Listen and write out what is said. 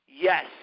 Yes